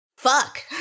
Fuck